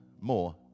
more